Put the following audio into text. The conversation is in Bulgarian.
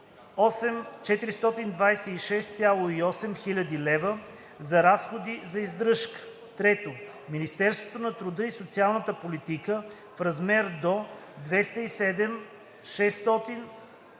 426,8 хил. лв. за разходи за издръжка; 3. Министерството на труда и социалната политика - в размер до 207 600,0